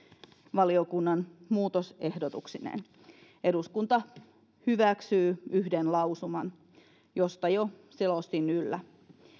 valiokunnan muutosehdotuksineen eduskunta hyväksyy yhden lausuman siitä jo selostin yllä